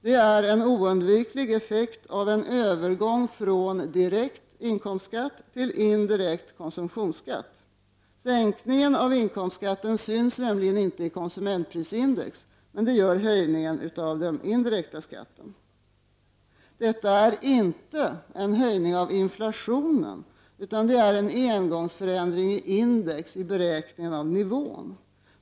Detta är en oundviklig effekt av en övergång från direkt inkomstskatt till indirekt konsumtionsskatt. Sänkningen av inkomstskatten syns nämligen inte i konsumentprisindex, men det gör höjningen av den indirekta skatten. Detta är inte någon höjning av inflationen utan en engångsförändring i in dex, i beräkningen av nivån.